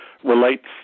relates